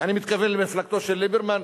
ואני מתכוון למפלגתו של ליברמן,